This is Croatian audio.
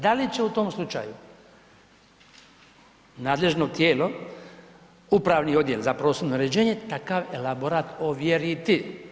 Da li će u tom slučaju nadležno tijelo, upravni odjel za prostorno uređenje, takav elaborat ovjeriti?